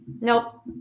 Nope